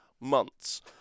months